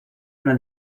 una